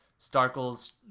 Starkle's